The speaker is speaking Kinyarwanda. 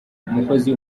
umukozi